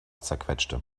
zerquetschte